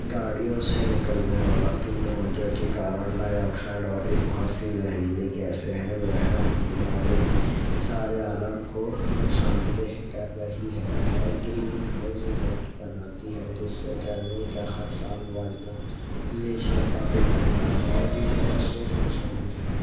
گاڑیوں سے نکلنے والا دھواں جوکہ کاربن ڈائی آکسائڈ والی بہت سی زہریلے گیسے ہیں وہ ہمارے سارے عالم کو نقصان دہ کر رہی ہے وہ گرین ہاؤس ایفیکٹ بناتی ہے جس سے گرمی کا ہر سال بڑھنا گلیشیر کا پگھلنا اور بھی بہت سے نقصان ہیں